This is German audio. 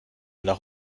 nach